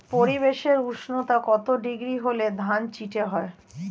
পরিবেশের উষ্ণতা কত ডিগ্রি হলে ধান চিটে হয়?